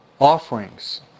offerings